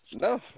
No